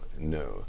no